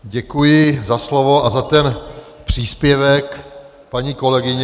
Děkuji za slovo a za ten příspěvek paní kolegyně.